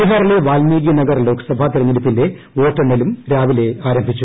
ബീഹാറിലെ വാൽമീകി നഗർ ലോക്സഭാ തെരഞ്ഞെടുപ്പിന്റെ വോട്ടെണ്ണലും രാവിലെ ആരംഭിച്ചു